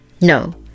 no